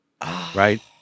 Right